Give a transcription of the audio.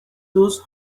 those